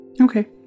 Okay